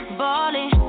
balling